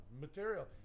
material